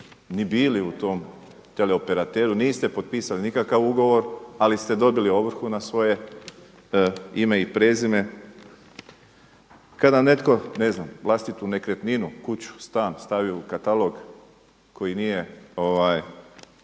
ni bili u tom teleoperateru niste potpisali nikakav ugovor ali ste dobili ovrhu na svoje ime i prezime. Kada netko, ne znam vlastitu nekretninu, kuću, stan, stavi u katalog koji nije naš